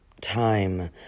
time